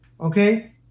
Okay